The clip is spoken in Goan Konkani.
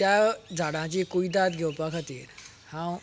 त्या झाडांची कुयदाद घेवपा खातीर हांव